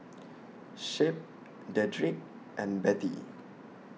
Shep Dedrick and Bettie